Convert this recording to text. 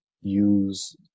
use